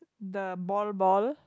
the ball ball